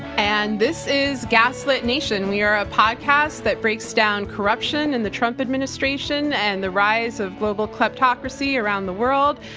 and this is gaslit nation. we are a podcast that breaks down corruption in the trump administration and the rise of global kleptocracy around the world,